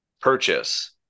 purchase